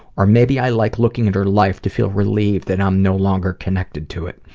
or maybe i like looking at her life to feel relieved that i'm no longer connected to it.